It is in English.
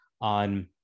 on